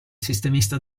sistemista